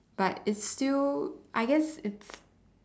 but it's still I guess it's